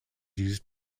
used